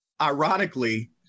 Ironically